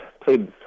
played